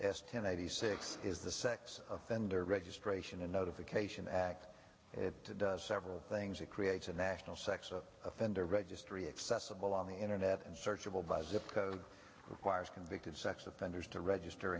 s ten eighty six is the sex offender registration and notification act it does several things it creates a national sex offender registry accessible on the internet and searchable by zip code requires convicted sex offenders to register